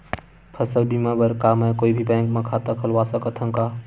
फसल बीमा बर का मैं कोई भी बैंक म खाता खोलवा सकथन का?